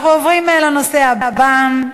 נעבור להצעות לסדר-היום בנושא: